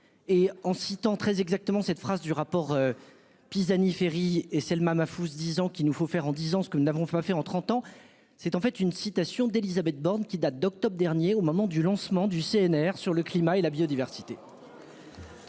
Et en citant très exactement cette phrase du rapport. Pisani-Ferry et Selma Mahfouz, disant qu'il nous faut faire en disant ce que nous n'avons pas fait en 30 ans, c'est en fait une citation d'Élisabeth Borne qui date d'octobre dernier au moment du lancement du CNR sur le climat et la biodiversité.